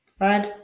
right